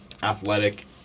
Athletic